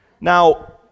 Now